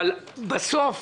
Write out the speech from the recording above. אבל בסוף,